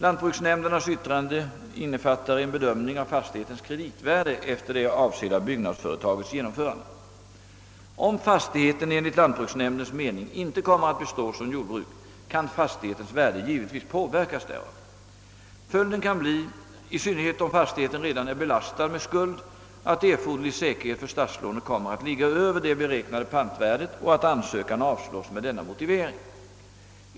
Lantbruksnämndernas yttranden innefattar en bedömning av fastighetens kreditvärde efter det avsedda byggnadsföretagets genomförande. Om fastigheten enligt lantbruksnämndens me ning inte kommer att bestå som jordbruk, kan fastighetens värde givetvis påverkas därav. Följden kan bli — i synnerhet om fastigheten redan är belastad med skuld — att erforderlig säkerhet för statslånet kommer att ligga över det beräknade pantvärdet och att ansökan avslås med denna motivering.